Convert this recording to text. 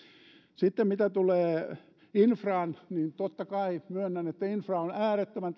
sitten mitä tulee infraan niin totta kai myönnän että infra on äärettömän